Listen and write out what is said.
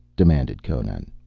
demanded conan.